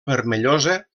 vermellosa